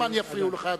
כמה זמן יפריעו לך,